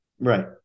Right